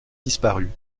disparu